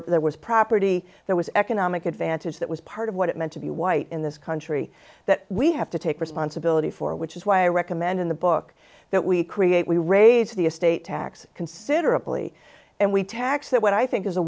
were there was property there was economic advantage that was part of what it meant to be white in this country that we have to take responsibility for which is why i recommend in the book that we create we raise the estate tax considerably and we tax that what i think is a